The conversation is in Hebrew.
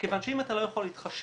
כיוון שאם אתה לא יכול להתחשב